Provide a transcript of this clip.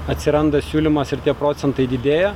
atsiranda siūlymas ir tie procentai didėja